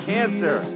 Cancer